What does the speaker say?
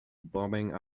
bobbing